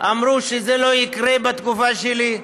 אמרו שזה לא יקרה בתקופה שלי,